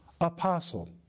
apostle